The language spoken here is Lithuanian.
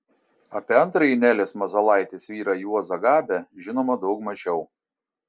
apie antrąjį nelės mazalaitės vyrą juozą gabę žinoma daug mažiau